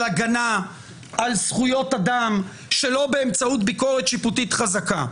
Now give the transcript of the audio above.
הגנה על זכויות אדם שלא באמצעות ביקורת שיפוטית חזקה.